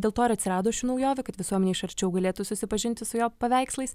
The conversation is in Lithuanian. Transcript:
dėl to ir atsirado ši naujovė kad visuomenė iš arčiau galėtų susipažinti su jo paveikslais